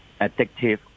addictive